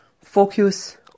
focus